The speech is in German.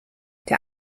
der